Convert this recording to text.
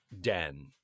den